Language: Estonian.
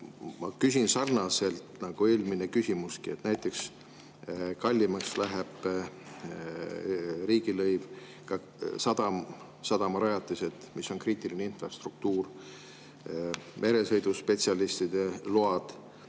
ma küsin sarnaselt, nagu oli eelmine küsimuski. Kallimaks lähevad riigilõiv, ka sadamarajatised, mis on kriitiline infrastruktuur, meresõiduspetsialistide load,